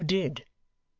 you did.